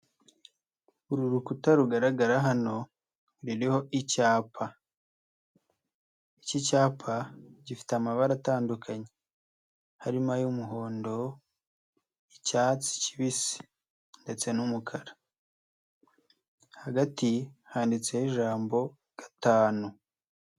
Uru rukuta rugaragara hano ruriho icyapa. Iki cyapa gifite amabara atandukanye, harimo ay'umuhondo, icyatsi kibisi ndetse n'umukara. Hagati handitseho ijambo gatanu.